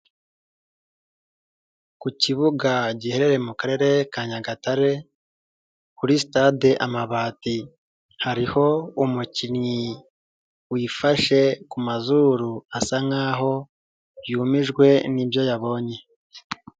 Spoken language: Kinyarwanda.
Ku kibuga giherereye mu karere ka Nyagatare kuri Stade Amabati hariho umukinnyi wifashe ku mazuru asa nkaho yumijwe n'ibyo yabonye.